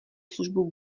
službu